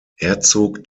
herzog